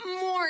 more